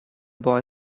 boy